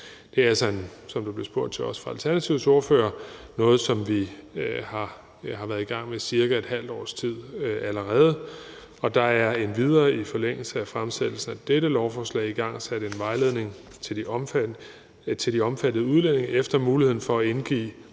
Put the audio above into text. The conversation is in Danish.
Det er altså noget – det blev der også spurgt til af Alternativets ordfører – som vi allerede har været i gang med cirka et halvt års tid. Der er endvidere i forlængelse af fremsættelsen af dette lovforslag igangsat en vejledning til de omfattede udlændinge om muligheden for at indgive